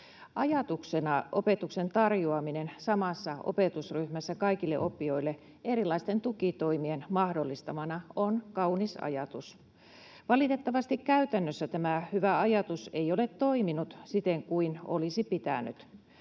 Ajatuksena opetuksen tarjoaminen samassa opetusryhmässä kaikille oppijoille erilaisten tukitoimien mahdollistamana on kaunis ajatus. Valitettavasti käytännössä tämä hyvä ajatus ei ole toiminut siten kuin olisi pitänyt.